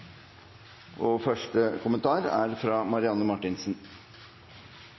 og første skoledag, er